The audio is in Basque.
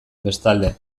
bestalde